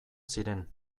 ziren